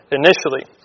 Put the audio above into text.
initially